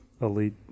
elite